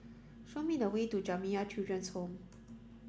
show me the way to Jamiyah Children's Home